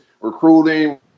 recruiting